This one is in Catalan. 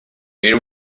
era